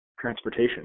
transportation